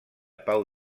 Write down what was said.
pau